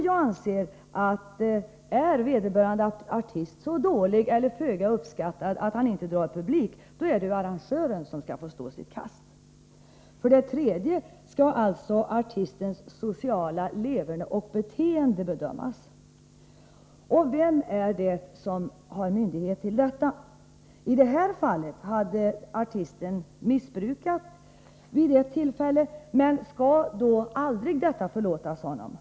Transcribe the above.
Jag anser att om vederbörande artist är så dålig eller så föga uppskattad att han inte drar publik, får arrangören stå sitt kast. För det tredje skall artistens sociala leverne och beteende bedömas. Vem har myndighet att göra det? I detta fall hade artisten gjort sig skyldig till missbruk vid ett tillfälle. Men skall då detta aldrig förlåtas honom?